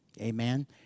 amen